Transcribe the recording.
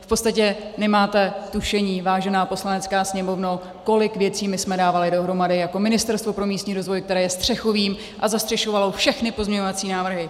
V podstatě nemáte tušení, vážená Poslanecká sněmovno, kolik věcí jsme dávali dohromady jako Ministerstvo pro místní rozvoj, které je střechovým a zastřešovalo všechny pozměňovací návrhy.